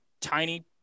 tiny